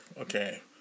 okay